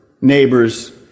neighbors